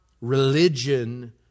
religion